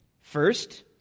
First